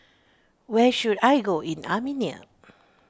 where should I go in Armenia